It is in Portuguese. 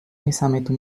pensamento